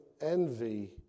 envy